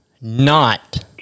not-